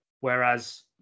Whereas